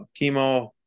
chemo